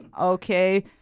Okay